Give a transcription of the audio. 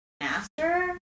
master